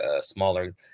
smaller